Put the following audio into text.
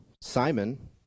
Simon